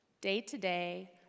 day-to-day